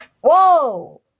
whoa